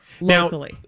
locally